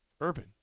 Urban